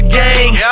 gang